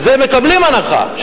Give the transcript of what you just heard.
מקבלים הנחה,